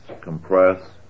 compress